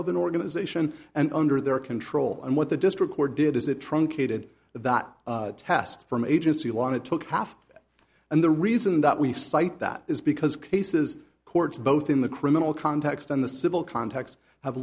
of an organization and under their control and what the district court did is it truncated that test from agency long it took half and the reason that we cite that is because cases courts both in the criminal context and the civil cont